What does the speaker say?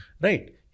Right